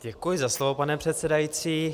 Děkuji za slovo, pane předsedající.